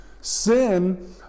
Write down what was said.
Sin